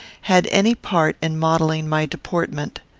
had any part in modelling my deportment.